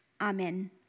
Amen